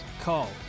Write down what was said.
Call